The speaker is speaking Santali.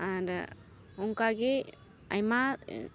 ᱟᱨ ᱚᱱᱠᱟᱜᱮ ᱟᱭᱢᱟ